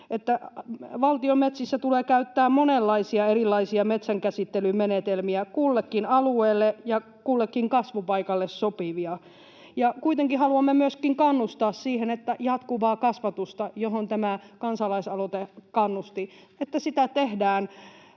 valtion metsissä tulee käyttää monenlaisia erilaisia metsänkäsittelyn menetelmiä, kullekin alueelle ja kullekin kasvupaikalle sopivia, ja kuitenkin haluamme myöskin kannustaa siihen, että jatkuvaa kasvatusta, johon tämä kansalaisaloite kannusti, tehdään